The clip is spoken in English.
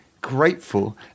grateful